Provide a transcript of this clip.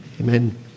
Amen